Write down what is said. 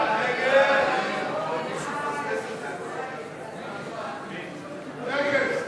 ההסתייגויות לסעיף 26,